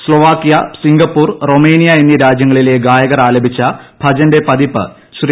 Slovakia Singapore Romania എന്നീ രാജ്യങ്ങളിലെ ഗായകർ ആലപിച്ച ഭജന്റെ പതിപ്പ് ശ്രീ